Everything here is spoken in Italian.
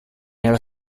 nello